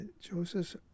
Joseph